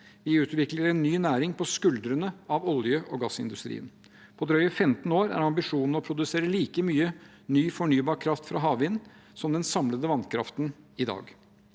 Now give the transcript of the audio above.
Vi utvikler en ny næring på skuldrene til olje- og gassindustrien. På drøye 15 år er ambisjonen å produsere like mye ny fornybar kraft fra havvind som den samlede vannkraften i dag.